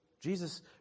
Jesus